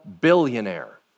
billionaire